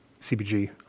CBG